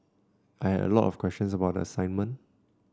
I had a lot of questions about the assignment